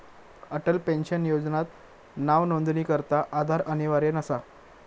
Atal pension योजनात नावनोंदणीकरता आधार अनिवार्य नसा